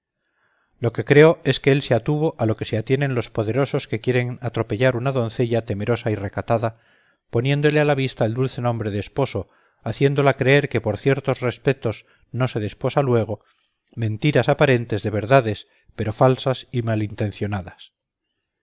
lo que creo es que él se atuvo a lo que se atienen los poderosos que quieren atropellar una doncella temerosa y recatada poniéndole a la vista el dulce nombre de esposo haciéndola creer que por ciertos respectos no se desposa luego mentiras aparentes de verdades pero falsas y malintencionadas